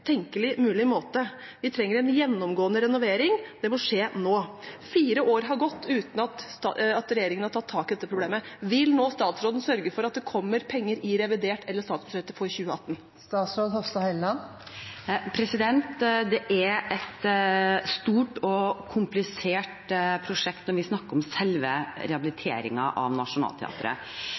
tenkelig mulige måte. Vi trenger en gjennomgående renovering. Det må skje nå. Fire år har gått uten at regjeringen har tatt tak i dette problemet. Vil statsråden nå sørge for at det kommer penger i revidert budsjett eller i statsbudsjettet for 2018? Det er et stort og komplisert prosjekt vi snakker om – selve rehabiliteringen av Nationaltheatret.